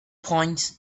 point